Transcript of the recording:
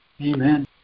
Amen